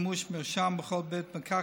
מימוש מרשם בכל בית מרקחת),